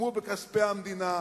הוקמו בכספי המדינה,